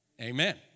Amen